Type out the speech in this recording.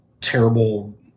terrible